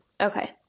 Okay